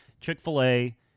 Chick-fil-A